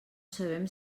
sabem